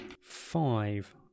five